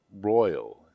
royal